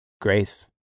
Grace